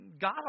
God